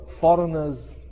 foreigners